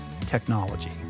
technology